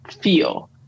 feel